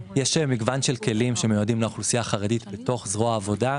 מגוון כלים שמיועדים לאוכלוסייה החרדית בתוך זרוע העבודה.